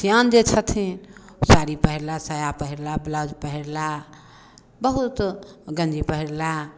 सियान जे छथिन ओ साड़ी पहिरलाह साया पहिरलाह बलाउज पहिरलाह बहुत गञ्जी पहिरलाह